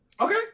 Okay